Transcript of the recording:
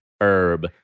herb